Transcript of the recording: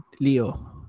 Leo